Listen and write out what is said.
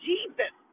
Jesus